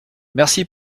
merci